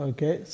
Okay